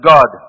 God